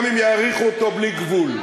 גם אם יאריכו אותו בלי גבול.